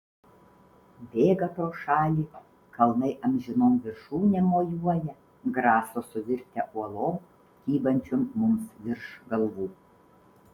bėga pro šalį kalnai amžinom viršūnėm mojuoja graso suvirtę uolom kybančiom mums virš galvų